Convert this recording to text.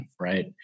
right